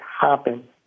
happen